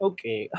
Okay